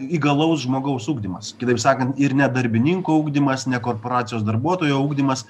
įgalaus žmogaus ugdymas kitaip sakant ir ne darbininko ugdymas ne korporacijos darbuotojo ugdymas